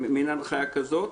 מין הנחיה כזאת?